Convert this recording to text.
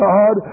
God